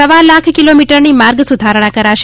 સવા લાખ કીલોમીટરની માર્ગ સુધારણા કરાશે